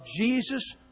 Jesus